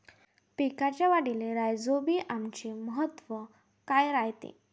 पिकाच्या वाढीले राईझोबीआमचे महत्व काय रायते?